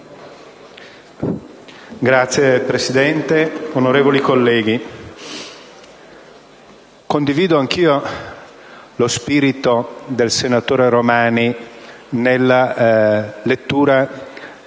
Signora Presidente, onorevoli colleghi, condivido anch'io lo spirito del senatore Romani nella lettura